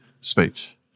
speech